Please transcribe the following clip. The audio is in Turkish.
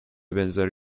benzer